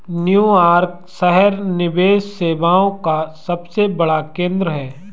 New York शहर निवेश सेवाओं का सबसे बड़ा केंद्र है